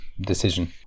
decision